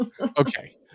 Okay